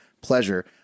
pleasure